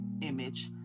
image